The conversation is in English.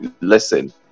listen